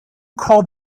called